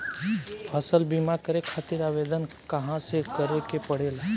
फसल बीमा करे खातिर आवेदन कहाँसे करे के पड़ेला?